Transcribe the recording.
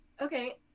Okay